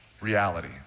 reality